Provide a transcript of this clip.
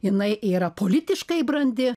jinai yra politiškai brandi